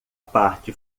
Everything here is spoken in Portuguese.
parte